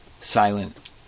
Silent